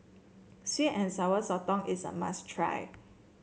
sweet and Sour Sotong is a must try